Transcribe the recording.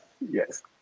yes